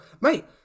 mate